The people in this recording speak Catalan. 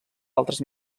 altres